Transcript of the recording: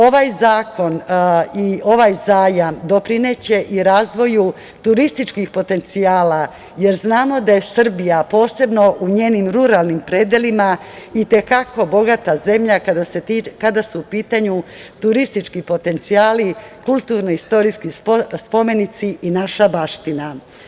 Ovaj zakon i ovaj zajam doprineće i razvoju turističkih potencijala jer znamo da je Srbija posebno u njenim ruralnim predelima i te kako bogata zemlja kada su u pitanju turistički potencijali, kulturno-istorijski spomenici i naša baština.